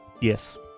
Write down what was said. Yes